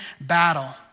battle